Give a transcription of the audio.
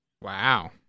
Wow